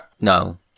no